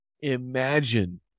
imagine